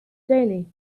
daily